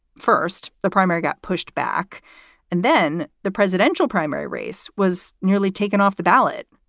first, the primary got pushed back and then the presidential primary race was nearly taken off the ballot.